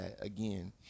again